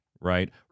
right